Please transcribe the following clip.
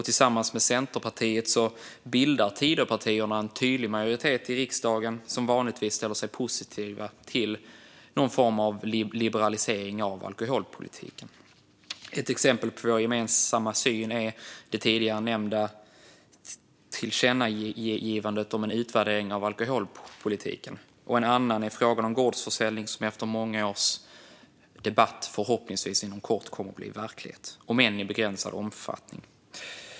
Tillsammans med Centerpartiet bildar Tidöpartierna en tydlig majoritet i riksdagen som vanligtvis ställer sig positiv till olika former av liberaliseringar av alkoholpolitiken. Ett exempel på vår gemensamma syn är det tidigare nämnda tillkännagivandet om en utvärdering av alkoholpolitiken. Ett annat är förslaget om gårdsförsäljning, som efter många års debatt inom kort förhoppningsvis kommer att bli verklighet, om än i begränsad omfattning.